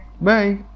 Bye